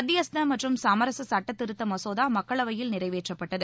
மத்தியஸ்த மற்றும் சுமரச சுட்டத்திருத்த மசோதா மக்களவையில் நிறைவேற்றப்பட்டது